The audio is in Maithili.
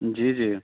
जी जी